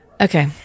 okay